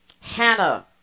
Hannah